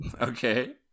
Okay